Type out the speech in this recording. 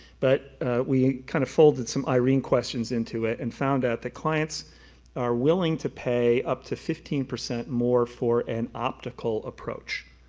but we kind of folded some irene questions into it, and found out that clients are willing to pay up to fifteen percent more for an optical approach.